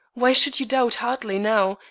why should you doubt hartley now,